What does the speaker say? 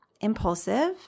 impulsive